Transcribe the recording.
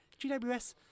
GWS